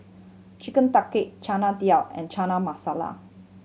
Chicken Tikka Chana Dal and Chana Masala